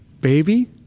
baby